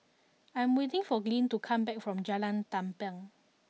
I am waiting for Glynn to come back from Jalan Tampang